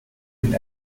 hin